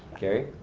gary?